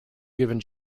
given